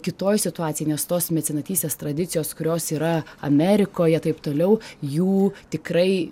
kitoj situacijoj nes tos mecenatystės tradicijos kurios yra amerikoje taip toliau jų tikrai